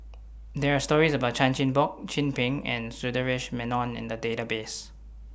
There Are stories about Chan Chin Bock Chin Peng and Sundaresh Menon in The Database